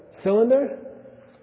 cylinder